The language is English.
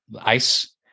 Ice